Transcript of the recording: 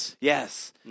Yes